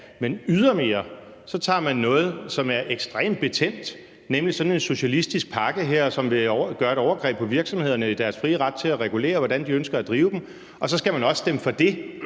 ja? Ydermere tager man noget, som er ekstremt betændt, nemlig sådan en socialistisk pakke her, som vil begå overgreb på virksomhederne i deres frie ret til at regulere, hvordan de ønsker at drive dem, og så skal vi også stemme for det,